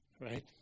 right